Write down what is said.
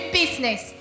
business